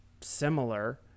similar